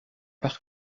par